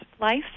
life